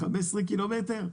15 קילומטר.